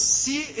se